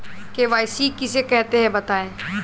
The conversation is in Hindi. के.वाई.सी किसे कहते हैं बताएँ?